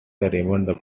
raymond